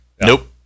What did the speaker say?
nope